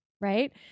right